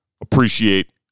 appreciate